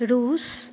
Russia